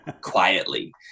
quietly